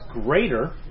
greater